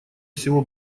всего